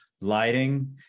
Lighting